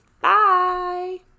Bye